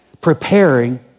preparing